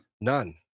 none